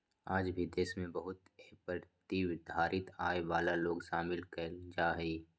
आज भी देश में बहुत ए प्रतिधारित आय वाला लोग शामिल कइल जाहई